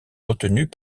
retenues